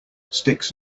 sticks